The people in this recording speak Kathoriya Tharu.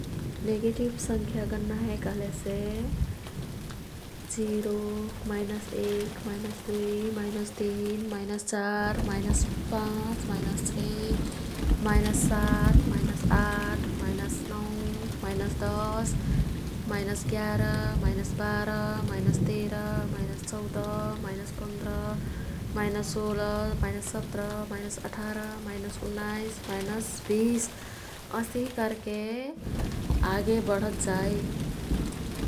नेगेटिव संख्या गन्ना हे कह्लेसे जिरो, माइनस एक, माइनस दुई, माइनस तिन, माइनस चार, माइनस पाँच, माइनस छे, माइनस सात, माइनस आठ, माइनस नौं, माइनस दस, माइनस गेरा, माइनस तेरा, माइनस चौदा, माइनस पन्द्रा, माइनस सोह्रा, माइनस सत्रा, माइनस अठारा, माइनस उन्नाईस, माइनस बिस अस्तिही कर्के आगे बढत् जाई।